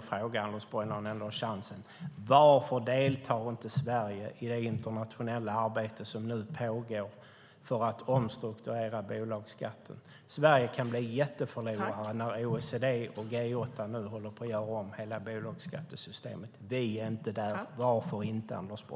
följande fråga till Anders Borg när jag nu har möjlighet, även om det är en annan debatt om bolagsskatten: Varför deltar inte Sverige i det internationella arbete som nu pågår för att omstrukturera bolagsskatten? Sverige kan bli en stor förlorare när OECD och G8-länderna nu håller på att göra om hela bolagsskattesystemet. Vi är inte där. Varför är vi inte det, Anders Borg?